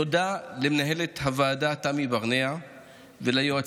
תודה למנהלת הוועדה תמי ברנע וליועצים